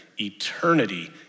eternity